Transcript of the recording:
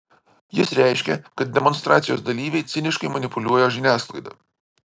jis reiškė kad demonstracijos dalyviai ciniškai manipuliuoja žiniasklaida